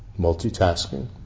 Multitasking